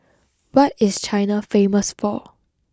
what is China famous for